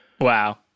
Wow